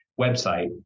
website